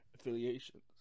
affiliations